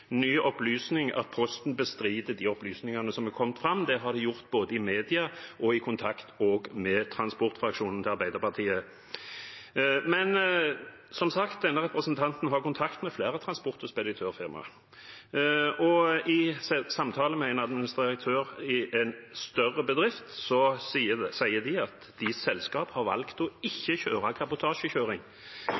ny opplysning at Posten bestrider de opplysningene som er kommet fram, det har de gjort både i media og også i kontakt med transportfraksjonen til Arbeiderpartiet. Men som sagt har denne representanten kontakt med flere transport- og speditørfirmaer, og i samtale med en administrerende direktør i en større bedrift ble det sagt at deres selskap har valgt ikke å bruke kabotasjekjøring,